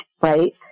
right